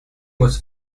was